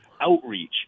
outreach